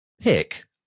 Pick